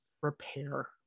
repair